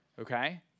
Okay